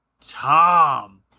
Tom